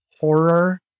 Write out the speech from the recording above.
horror